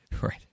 Right